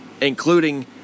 including